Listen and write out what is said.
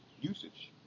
usage